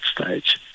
stage